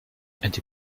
die